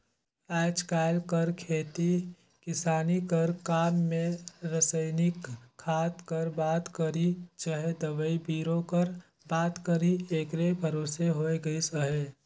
आएज काएल कर खेती किसानी कर काम में रसइनिक खाद कर बात करी चहे दवई बीरो कर बात करी एकरे भरोसे होए गइस अहे